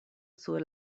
sur